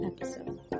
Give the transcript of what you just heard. episode